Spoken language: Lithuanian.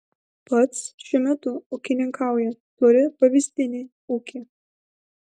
pats šiuo metu ūkininkauja turi pavyzdinį ūkį